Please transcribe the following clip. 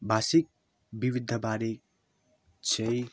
भाषिक विविधताबारे चाहिँ